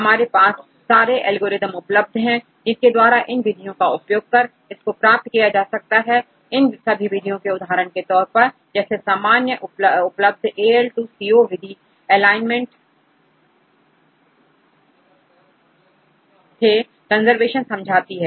हमारे पास बहुत सारे एल्गोरिदम उपलब्ध है जिनके द्वारा इन विधियों का उपयोग कर इसको प्राप्त किया जा सकता है इन सभी विधियों में उदाहरण के तौर पर जैसे सामान्य उपलब्ध AL 2 CO विधि एलाइनमेंट थे कंजर्वेशन समझाती है